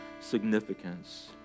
significance